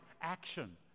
Action